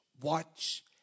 watch